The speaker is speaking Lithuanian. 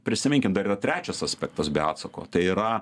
prisiminkim dar yra trečias aspektas be atsako tai yra